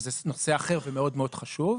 שזה נושא אחר שמאוד מאוד חשוב,